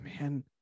man